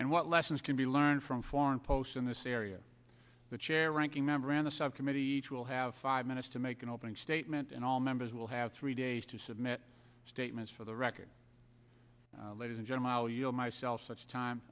and what lessons can be learned from foreign posts in this area the chair ranking member on the subcommittee each will have five minutes to make an opening statement and all members will have three days to submit statements for the record ladies and gentlemen i will myself such time